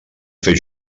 fer